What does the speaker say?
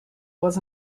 was